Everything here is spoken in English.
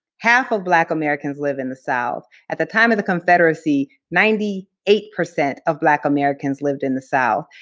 half of black americans live in the south. at the time of the confederacy, ninety eight percent of black americans lived in the south,